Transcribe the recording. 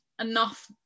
enough